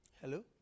Hello